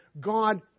God